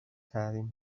تحریم